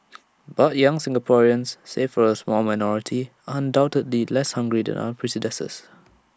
but young Singaporeans save for A small minority are undoubtedly less hungry than our predecessors